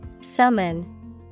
Summon